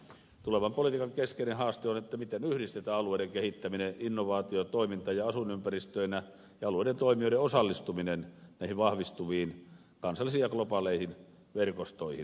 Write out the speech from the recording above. tulevan politiikan keskeinen haaste on miten yhdistetään alueiden kehittäminen innovaatio toiminta ja asuinympäristöinä ja alueiden toimijoiden osallistuminen näihin vahvistuviin kansallisiin ja globaaleihin verkostoihin